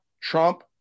Trump